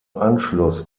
anschluss